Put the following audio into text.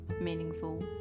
meaningful